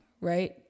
right